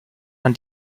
man